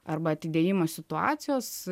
arba atidėjimo situacijos